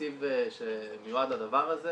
התקציב שמיועד לדבר הזה